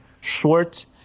short